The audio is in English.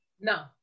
no